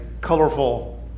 colorful